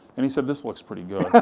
and he's said, this looks pretty good.